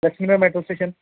Lakshmi Nagar metro station